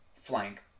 flank